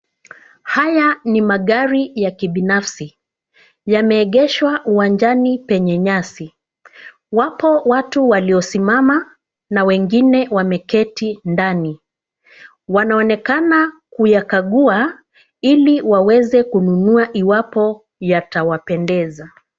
Haya ni magari ya kibinafsi yameegeshwa uwanjani penye nyasi. Wapo watu walio wamesimama na wengine wameketi ndani wanaonekana kuyakagua ili waweze kununua iwapo yatawapendeza.